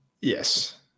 Yes